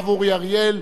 הוא בוודאי יוותר,